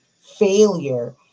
failure